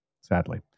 Sadly